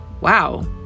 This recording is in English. Wow